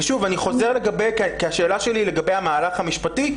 ושוב השאלה שלי לגבי המהלך המשפטי,